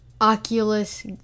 Oculus